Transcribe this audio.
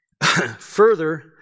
Further